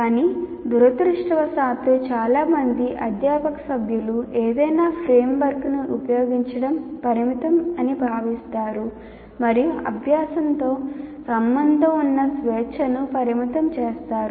కానీ దురదృష్టవశాత్తు చాలా మంది అధ్యాపక సభ్యులు ఏదైనా ఫ్రేమ్వర్క్ను ఉపయోగించడం పరిమితం అని భావిస్తారు మరియు అభ్యాసంతో సంబంధం ఉన్న స్వేచ్ఛను పరిమితం చేస్తారు